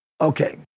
Okay